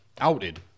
outed